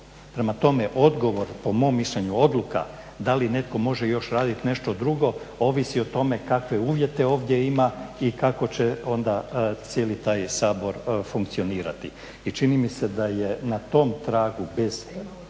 Prema tome odgovor po mom mišljenju odluka da li netko može još raditi nešto drugo ovisi o tome kakve uvjete ovdje ima i kako će onda cijeli taj Sabor funkcionirati. I čini mi se da je na tom tragu bez,